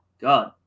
God